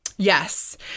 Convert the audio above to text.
Yes